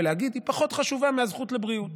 ולהגיד: היא פחות חשובה מהזכות לבריאות.